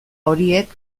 horiek